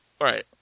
Right